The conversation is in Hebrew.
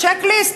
הצ'ק-ליסט,